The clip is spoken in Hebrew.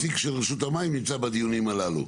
אז הנציג של רשות המים נמצא בדיונים הללו.